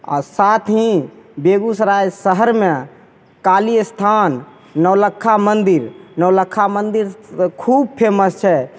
आओर साथ ही बेगूसराय शहरमे काली अस्थान नौलक्खा मन्दिर नौलक्खा मन्दिर खूब फेमस छै